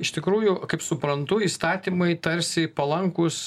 iš tikrųjų kaip suprantu įstatymai tarsi palankūs